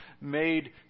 made